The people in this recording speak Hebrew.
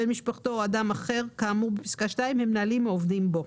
בן משפחתו או אדם כאמור בפסקה (2) הם מנהלים או עובדים אחראים בו.